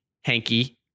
Hanky